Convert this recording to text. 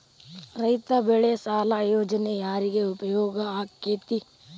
ರೈತ ಬೆಳೆ ಸಾಲ ಯೋಜನೆ ಯಾರಿಗೆ ಉಪಯೋಗ ಆಕ್ಕೆತಿ?